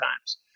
times